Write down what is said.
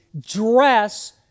dress